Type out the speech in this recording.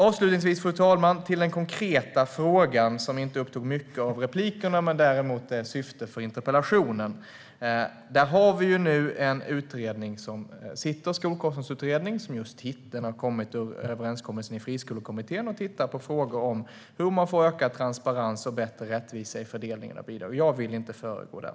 Avslutningsvis, fru talman, ska jag gå över till den konkreta frågan, som inte upptog mycket av anförandena men som däremot interpellationen handlar om. Vi har nu en utredning: Skolkostnadsutredningen. Den har kommit ur överenskommelsen i Friskolekommittén, och den tittar på frågor om hur man får ökad transparens och bättre rättvisa i fördelningen av bidrag. Jag vill inte föregå den.